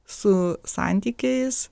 su santykiais